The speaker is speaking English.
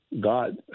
God